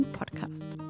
podcast